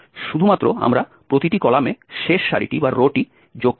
শুধুমাত্র আমরা প্রতিটি কলামে শেষ সারিটি যোগ করব